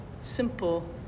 simple